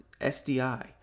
SDI